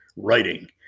writing